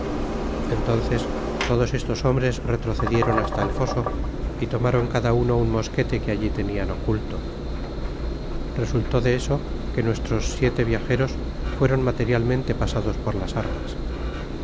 entonces todos estos hombres retrocedieron hasta el foso y tomaron cada uno un mosquete que allí tenían oculto resultó de eso que nuestros siete viajeros fueron materialmente pasados por las armas